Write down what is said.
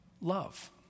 love